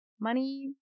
money